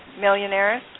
millionaires